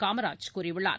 காமராஜ் கூறியுள்ளார்